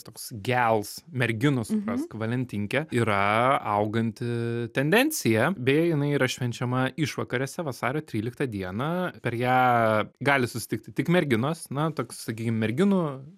toks gels merginų suprask valentinkė yra auganti tendencija beje jinai yra švenčiama išvakarėse vasario tryliktą dieną per ją gali susitikti tik merginos na toks sakykim merginų